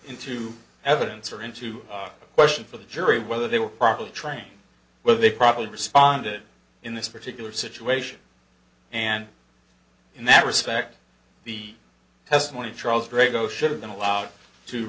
into evidence or into question for the jury whether they were properly train well they probably responded in this particular situation and in that respect the testimony of charles draco should have been allowed to